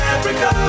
Africa